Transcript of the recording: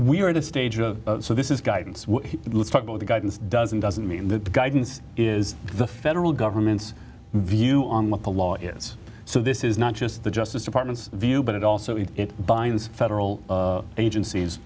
are at a stage so this is guidance let's talk about the guidance doesn't doesn't mean that the guidance is the federal government's view on what the law is so this is not just the justice department's view but it also it binds federal agencies